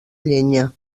llenya